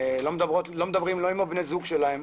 לא מדברים לא עם בנות הזוג שלהם,